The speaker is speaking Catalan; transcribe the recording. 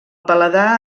paladar